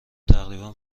تقریبا